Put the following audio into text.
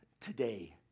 today